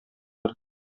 бер